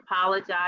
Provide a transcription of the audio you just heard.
apologize